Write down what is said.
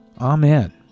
Amen